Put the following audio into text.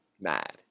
mad